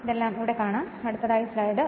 അതിനാൽ എല്ലാം ഇവിടെ എഴുതിയിരിക്കുന്നു